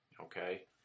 okay